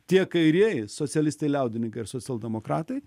tie kairieji socialistai liaudininkai ir socialdemokratai